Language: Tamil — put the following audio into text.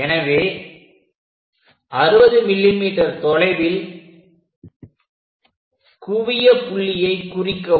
எனவே 60 mm தொலைவில் குவிய புள்ளியை குறிக்கவும்